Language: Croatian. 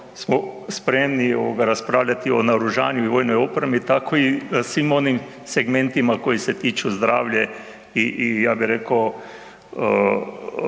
smo spremni raspravljati o naoružanju i vojnoj opremi, tako i svim onim segmentima koji se tiču zdravlja i ja bi rekao,